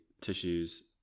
tissues